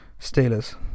Steelers